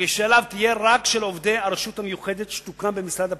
הגישה אליו תהיה רק של עובדי הרשות המיוחדת שתוקם במשרד הפנים,